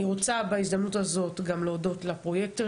בהזדמנות הזאת אני רוצה להודות לפרויקטור